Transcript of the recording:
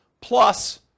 plus